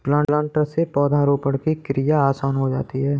planter से पौधरोपण की क्रिया आसान हो जाती है